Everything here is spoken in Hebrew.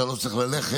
אתה לא צריך ללכת,